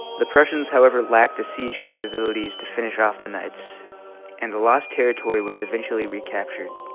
the prussians however lacked the siege capabilities to finish off the knights and the lost territory was eventually recaptured